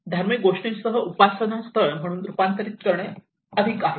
धार्मिक गोष्टींसह उपासनास्थळ म्हणून रूपांतरित करणे अधिक आहे